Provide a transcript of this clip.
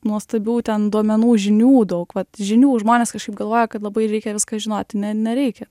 nuostabių ten duomenų žinių daug vat žinių žmonės kažkaip galvoja kad labai reikia viską žinoti ne nereikia